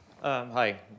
Hi